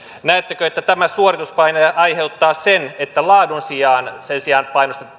näettekö että tämä suorituspaine aiheuttaa sen että laadun sijaan